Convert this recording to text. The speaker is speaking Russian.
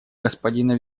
господина